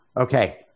Okay